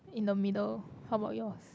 in the middle how about yours